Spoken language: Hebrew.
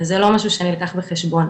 וזה לא משהו שנלקח בחשבון.